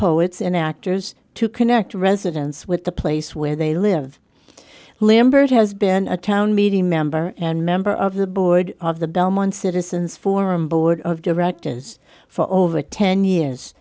poets and actors to connect residents with the place where they live lambert has been a town meeting member and member of the board of the belmont citizens forum board of directors for over ten years